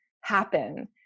happen